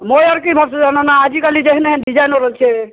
মই আৰু কি ভাবিছো জান' না আজিকালি যে হেনেহেন ডিজাইনৰ ওলাইছে